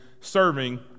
serving